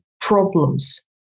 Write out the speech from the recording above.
problems